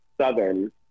Southern